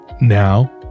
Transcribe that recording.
Now